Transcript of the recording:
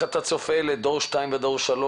מה אתה צופה לדור 2 ודור 3?